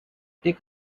take